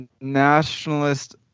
nationalist